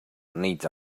needs